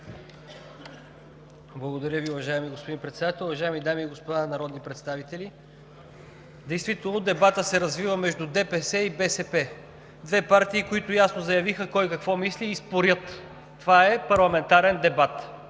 Благодаря Ви, господин Председател. Уважаеми дами и господа народни представители! Действително дебатът се развива между ДПС и БСП – две партии, които ясно заявиха какво мислят и спорят. Това е парламентарен дебат.